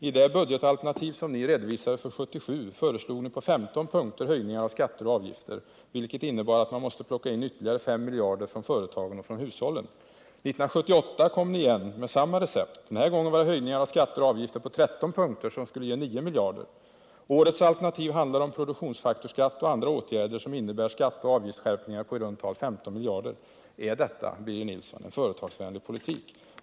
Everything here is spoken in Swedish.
I det budgetalternativ som ni redovisade för år 1977 föreslog ni på 15 punkter höjningar av skatter och avgifter, vilket innebar att man måste plocka in ytterligare 5 miljarder från företagen och hushållen. 1978 kom ni igen med samma recept. Den gången var det höjningar av skatter och avgifter på 13 punkter som skulle ge 9 miljarder. Årets alternativ handlar om produktionsfaktorsskatt och andra åtgärder som innebär skatteoch avgiftsskärpningar på i runt tal 15 miljarder. Är detta, Birger Nilsson, en företagsvänlig politik?